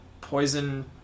poison